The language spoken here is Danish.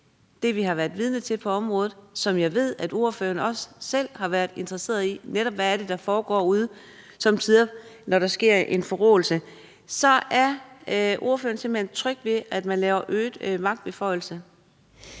det, vi har været vidne til på området – og jeg ved, at ordføreren også selv har været interesseret i, netop hvad det er, der somme tider foregår derude, når der sker en forråelse – så er ordføreren simpelt hen tryg ved, at man laver øget magtbeføjelse.